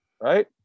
right